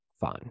Fine